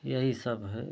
यही सब है अपना